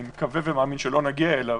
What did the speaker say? אני מקווה ומאמין שלא נגיע אליו,